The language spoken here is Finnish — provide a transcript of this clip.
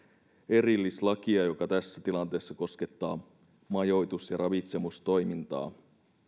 erillislakia joka tässä tilanteessa koskettaa majoitus ja ravitsemistoimintaa